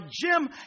Jim